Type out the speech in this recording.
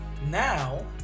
Now